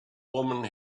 woman